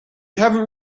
haven’t